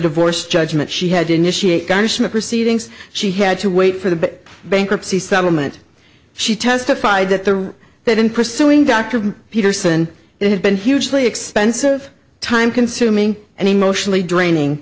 divorce judgment she had to initiate garnishment proceedings she had to wait for the bankruptcy settlement she testified that the that in pursuing dr peterson it had been hugely expensive time consuming and emotionally draining